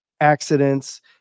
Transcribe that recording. accidents